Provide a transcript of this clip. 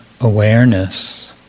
awareness